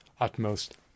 utmost